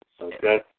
Okay